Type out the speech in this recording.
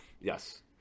Yes